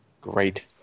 Great